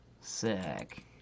Sick